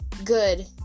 Good